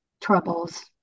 troubles